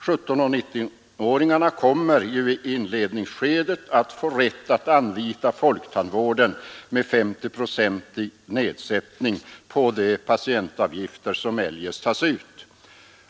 17—19-åringarna kommer ju i inledningsskedet att få rätt att anlita folktandvården med en S0-procentig nedsättning på de patientavgifter som eljest tas ut.